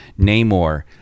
Namor